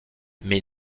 mais